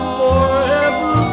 forever